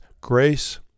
grace